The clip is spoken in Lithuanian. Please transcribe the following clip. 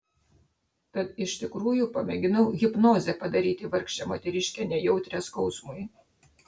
tad iš tikrųjų pamėginau hipnoze padaryti vargšę moteriškę nejautrią skausmui